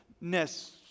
Ness